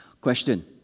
Question